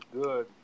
good